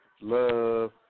Love